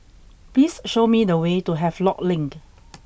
please show me the way to Havelock Link